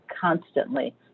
constantly